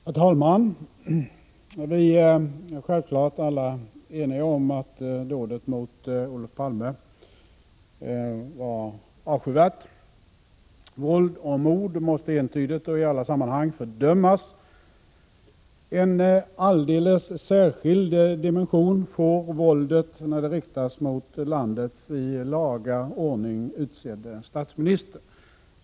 Herr talman! Alla är självfallet eniga om att dådet mot Olof Palme var avskyvärt. Våld och mord måste entydigt och i alla sammanhang fördömas. En alldeles särskild dimension får våldet när det riktas mot landets i laga ordning utsedde statsminister.